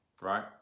right